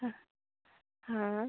हाँ हाँ